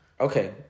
Okay